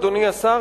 אדוני השר,